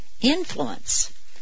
Influence